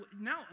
Now